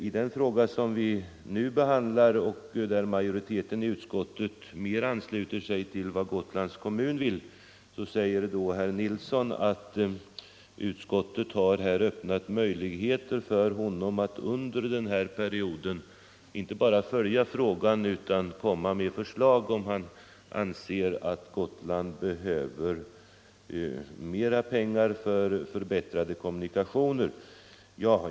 I den fråga, som vi nu behandlar och där majoriteten i utskottet mer ansluter sig till vad Gotlands kommun vill, säger herr Nilsson att utskottet har öppnat möjligheter för honom att under denna period inte bara följa frågan utan också komma med förslag, om han anser att Gotland behöver mera pengar till förbättrade kommunikationer.